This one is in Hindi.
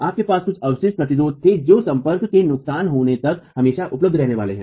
आपके पास कुछ अवशिष्ट प्रतिरोध थे जो संपर्क के नुकसान होने तक हमेशा उपलब्ध रहने वाले हैं